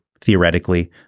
theoretically